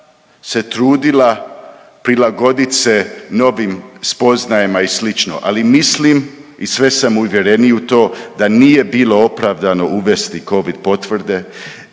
se trudila prilagodit se novim spoznajama i slično, ali mislim i sve sam uvjereniji u to da nije bilo opravdano uvesti Covid potvrde,